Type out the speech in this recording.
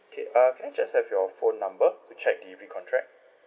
okay uh can I just have your phone number to check the re-contract